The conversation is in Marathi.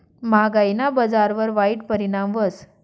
म्हागायीना बजारवर वाईट परिणाम व्हस